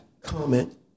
comment